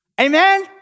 amen